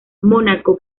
mónaco